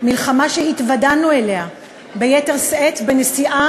מלחמה שהתוועדנו אליה ביתר שאת בנסיעה